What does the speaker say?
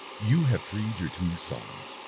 you have freed your two sons,